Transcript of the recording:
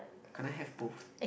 can't I have both